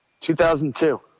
2002